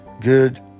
good